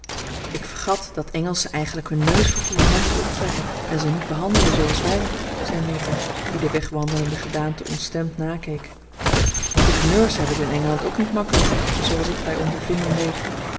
ik vergat dat engelschen eigenlijk hun neus voor gouvernantes optrekken en ze niet behandelen zooals wij zei meta die de wegwandelende gedaante ontstemd nakeek gouverneurs hebben het in engeland ook niet makkelijk zooals ik bij ondervinding weet